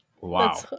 Wow